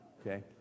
okay